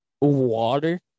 Water